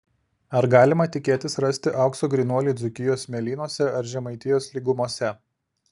ar galima tikėtis rasti aukso grynuolį dzūkijos smėlynuose ar žemaitijos lygumose